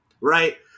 right